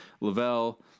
Lavelle